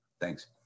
Thanks